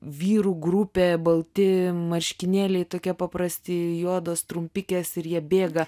vyrų grupė balti marškinėliai tokie paprasti juodos trumpikės ir jie bėga